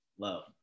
love